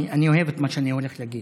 אני אוהב את מה שאני הולך להגיד.